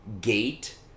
gate